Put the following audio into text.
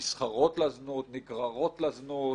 שנסחרות לזנות, נגררות לזנות,